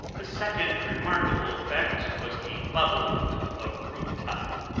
the second remarkable effect was the bubbling of roof tile.